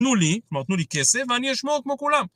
תנו לי, כלומר תנו לי כסף ואני אשמור כמו כולם.